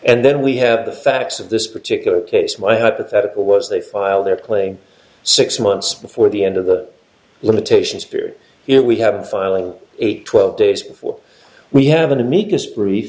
and then we have the facts of this particular case my hypothetical was they file their claim six months before the end of the limitations fear here we have filing eight twelve days before we have an amicus brief